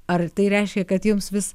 ar tai reiškia kad jums vis